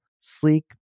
sleek